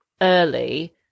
early